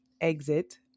exit